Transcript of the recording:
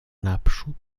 naprzód